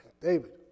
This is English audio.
David